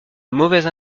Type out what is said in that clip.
mauvaise